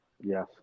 Yes